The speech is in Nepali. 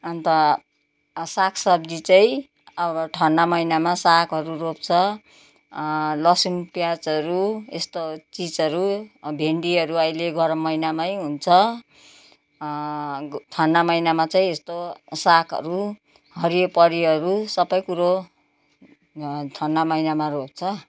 अन्त साग सब्जी चाहिँ अब ठन्डा महिनामा सागहरू रोप्छ लसुन प्याजहरू यस्तो चिजहरू भिन्डीहरू अहिले गरम महिनामै हुन्छ ठन्डा महिनामा चाहिँ यस्तो सागहरू हरियो परियोहरू सबै कुरो ठन्डा महिनामा रोप्छ